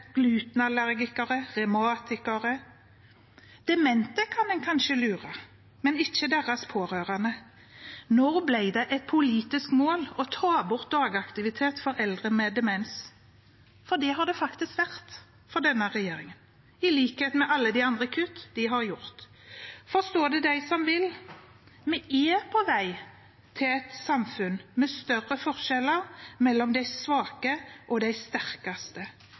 glutenallergikere og revmatikere. Demente kan en kanskje lure, men ikke deres pårørende. Når ble det et politisk mål å ta bort dagaktivitet for eldre med demens? Det har det faktisk vært for denne regjeringen, i likhet med alle de andre kuttene de har gjort. Forstå det, den som vil. Vi er på vei til et samfunn med større forskjeller mellom de svake og de sterkeste,